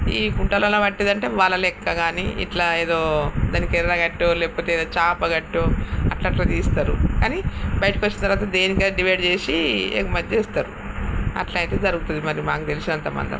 ఈ కుంటలల్లో పట్టిదంటే వల లెక్క కానీ ఇలా ఏదో దానికి ఎర్ర కట్టో లేకపోతే చేప కట్టో అలా అలా తీస్తారు కానీ బయటికొచ్చిన తర్వాత దేనికి అది డివైడ్ చేసి ఎగుమతి చేస్తారు అలా అయితే జరుగుతుంది మళ్ళీ మాకు తెలిసినంత మాత్రం